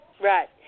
Right